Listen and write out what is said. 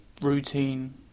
routine